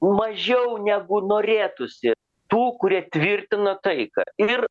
mažiau negu norėtųsi tų kurie tvirtina taiką ir